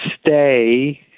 stay